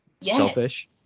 selfish